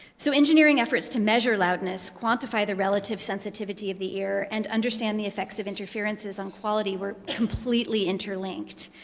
so engineering efforts to measure loudness quantify the relative sensitivity of the ear and understand the effects of interferences on quality were completely interlinked.